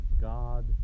God